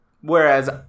Whereas